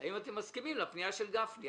"האם אתם מסכימים לפנייה של גפני?".